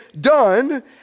done